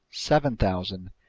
seven thousand,